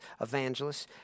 evangelists